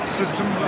system